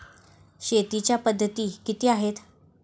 शेतीच्या पद्धती किती आहेत?